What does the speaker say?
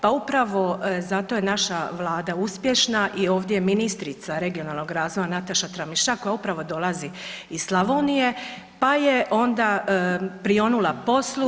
Pa upravo zato je naša Vlada uspješna i ovdje ministrica regionalnog razvoja Nataša Tramišak koja upravo dolazi iz Slavonije, pa je onda prionula poslu.